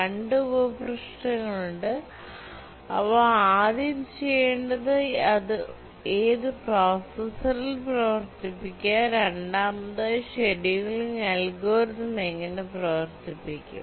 2 ഉപപ്രശ്നങ്ങളുണ്ട് അവ ആദ്യം ചെയ്യേണ്ടത് ഏത് പ്രോസസ്സറിൽ പ്രവർത്തിപ്പിക്കുക രണ്ടാമതായി ഷെഡ്യൂളിംഗ് അൽഗോരിതം എങ്ങനെ പ്രവർത്തിക്കും